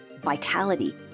vitality